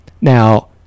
Now